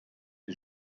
die